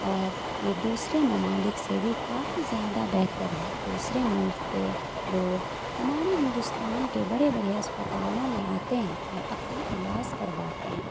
اور یہ دوسرے ممالک سے بھی کافی زیادہ بہتر ہے دوسرے ملک کے لوگ ہمارے ہندوستان کے بڑے بڑے اسپتالوں میں آتے ہیں اور اپنا علاج کرواتے ہیں